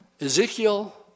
Ezekiel